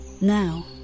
Now